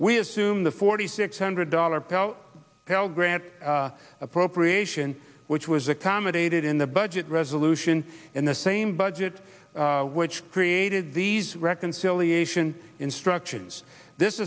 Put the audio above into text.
we assume the forty six hundred dollars pell grants appropriation which was accommodated in the budget resolution in the same budget which created these reconciliation instructions this